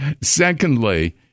Secondly